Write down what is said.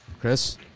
Chris